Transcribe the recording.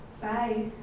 bye